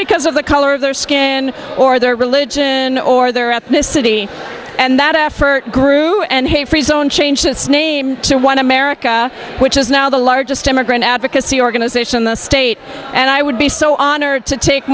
because of the color of their skin or their religion or their ethnicity and that effort grew and a freezone changed its name to one america which is now the largest immigrant advocacy organization in the state and i would be so honored to take